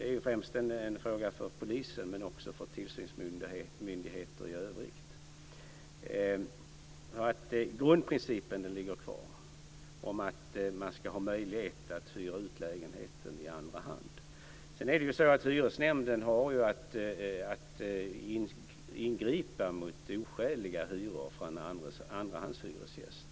Det är främst en fråga för polisen men också för tillsynsmyndigheter i övrigt. Grundprincipen ligger kvar, nämligen att man ska ha möjlighet att hyra ut lägenheten i andra hand. Hyresnämnden ska ingripa mot oskäliga hyror för en andrahandshyresgäst.